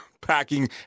packing